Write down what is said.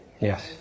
Yes